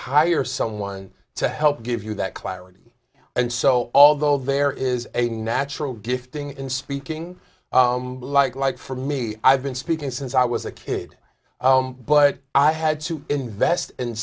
hire someone to help give you that clarity and so although there is a natural gifting in speaking like like for me i've been speaking since i was a kid but i had to invest in